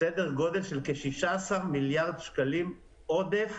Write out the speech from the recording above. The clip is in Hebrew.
סדר גודל של כ-16 מיליארד שקלים עודף